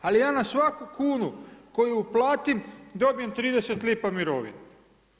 Ali ja na svaku kunu koju uplatim dobijem 30 lipa mirovine.